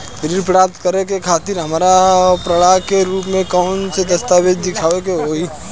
ऋण प्राप्त करे के खातिर हमरा प्रमाण के रूप में कउन से दस्तावेज़ दिखावे के होइ?